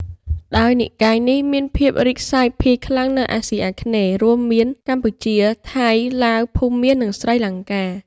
ដោយនិកាយនេះមានភាពរីកសាយភាយខ្លាំងនៅអាស៊ីអាគ្នេយ៍ រួមមានកម្ពុជា ថៃ ឡាវ ភូមា និងស្រីលង្កា។